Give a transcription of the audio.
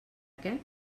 què